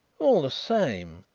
all the same,